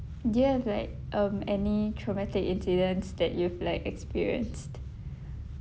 do you have like um any traumatic incidents that you've like experienced